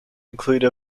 include